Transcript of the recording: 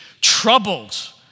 troubled